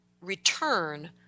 return